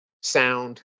sound